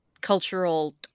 cultural